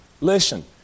Listen